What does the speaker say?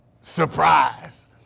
Surprise